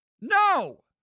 No